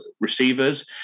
receivers